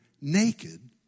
naked